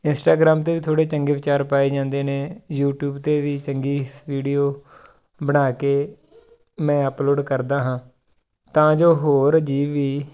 Instagram 'ਤੇ ਵੀ ਥੋੜ੍ਹੇ ਚੰਗੇ ਵਿਚਾਰ ਪਾਏ ਜਾਂਦੇ ਨੇ ਯੂਟਿਊਬ 'ਤੇ ਵੀ ਚੰਗੀ ਵੀਡੀਓ ਬਣਾ ਕੇ ਮੈਂ ਅਪਲੋਡ ਕਰਦਾ ਹਾਂ ਤਾਂ ਜੋ ਹੋਰ ਜੀਵ ਵੀ